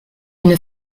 une